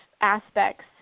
aspects